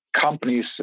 companies